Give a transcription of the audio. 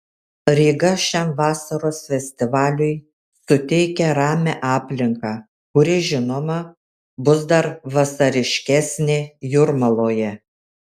ryga šiam vasaros festivaliui suteikia ramią aplinką kuri žinoma bus dar vasariškesnė jūrmaloje